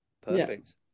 Perfect